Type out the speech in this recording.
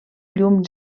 llum